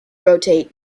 rotate